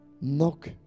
knock